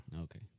Okay